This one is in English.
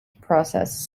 process